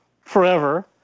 forever